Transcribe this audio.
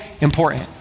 important